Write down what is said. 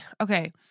okay